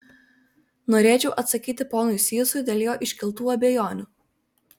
norėčiau atsakyti ponui sysui dėl jo iškeltų abejonių